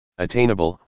Attainable